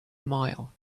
mile